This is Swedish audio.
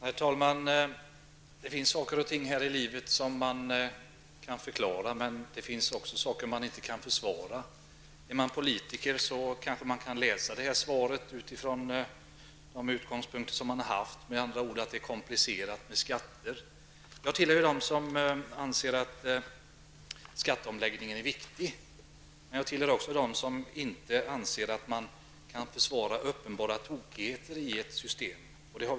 Herr talman! Det finns saker och ting här i livet som man kan förklara, men det finns också saker som man inte kan försvara. Är man politiker kanske man kan läsa det här svaret utifrån de utgångspunkter man har haft, med andra ord att det är komplicerat med skatter. Jag tillhör dem som anser att skatteomläggningen är viktig, men jag tillhör också dem som inte anser att man kan försvara uppenbara tokigheter i ett system.